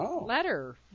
letter